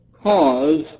cause